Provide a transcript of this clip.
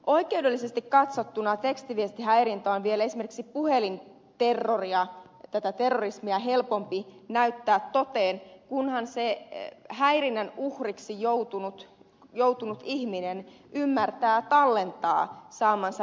oikeudellisesti katsottuna tekstiviestihäirintä on vielä esimerkiksi puhelinterrorismia helpompi näyttää toteen kunhan häirinnän uhriksi joutunut ihminen ymmärtää tallentaa saamansa viestit